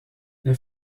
les